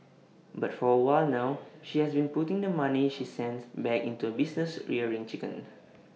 but for A while now she has been putting the money she sends back into A business rearing chickens